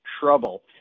Trouble